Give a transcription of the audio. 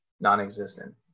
non-existent